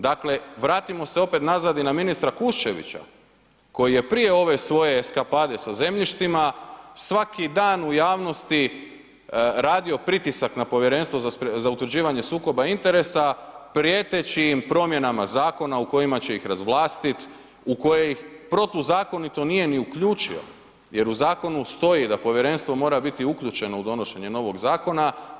Dakle, vratimo se opet nazad i na ministra Kuščevića koji je prije ove svoje eskapade sa zemljištima svaki dan u javnosti radio pritisak na Povjerenstvo za utvrđivanje sukoba interesa prijeteći im promjenama zakona u kojima će ih razvlastiti, u koje ih protuzakonito nije ni uključio jer u zakonu stoji da povjerenstvo mora biti uključeno u donošenje novog zakona.